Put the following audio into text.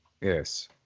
Yes